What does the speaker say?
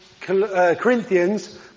Corinthians